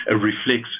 reflects